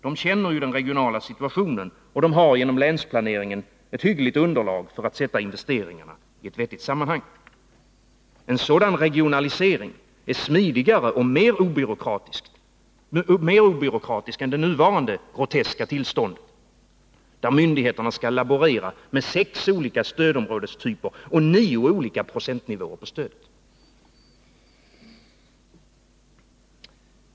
De känner ju den regionala situationen, och de har genom länsplaneringen ett hyggligt underlag för att sätta investeringarna i ett vettigt sammanhang. En sådan regionalisering är smidigare och mera obyråkratisk än det nuvarande groteska tillståndet, där myndigheterna skall laborera med sex olika stödområdestyper och nio olika procentnivåer på stödet.